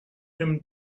him